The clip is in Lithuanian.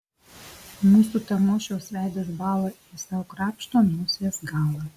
mūsų tamošiaus veidas bąla jis sau krapšto nosies galą